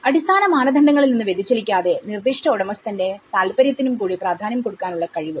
അടിസ്ഥാന മാനദണ്ഡങ്ങളിൽ നിന്ന് വ്യതിചലിക്കാതെ നിർദ്ദിഷ്ട ഉടമസ്ഥന്റെ താല്പര്യത്തിനും കൂടി പ്രാധാന്യം കൊടുക്കാനുള്ള കഴിവ്